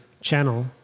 channel